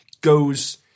goes